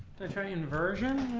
try inversion?